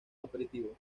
aperitivo